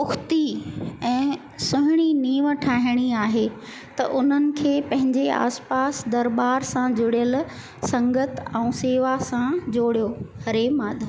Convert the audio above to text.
दुखती ऐं सुहिणी नीव ठाहिणी आहे त उन्हनि खे पंहिंजे आसि पासि दरबार सां जुड़ियलु संगत ऐं शेवा सां जोड़ियो हरे माधव